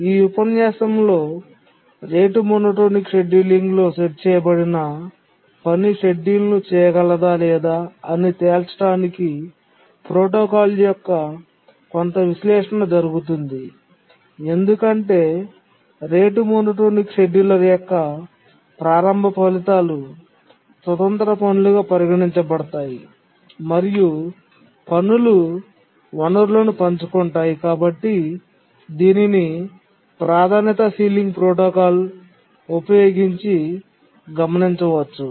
ఈ ఉపన్యాసంలో rate monotonic షెడ్యూలింగ్లో సెట్ చేయబడిన పని షెడ్యూల్ చేయగలదా లేదా అని తేల్చడానికి ప్రోటోకాల్ యొక్క కొంత విశ్లేషణ జరుగుతుంది ఎందుకంటే రేటు మోనోటోనిక్ షెడ్యూలర్ యొక్క ప్రారంభ ఫలితాలు స్వతంత్ర పనులు గా పరిగణించబడతాయి మరియు పనులు వనరులను పంచుకుంటాయి కాబట్టి దీనిని ప్రాధాన్యత సీలింగ్ ప్రోటోకాల్ ఉపయోగించి గమనించవచ్చు